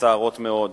מצערות מאוד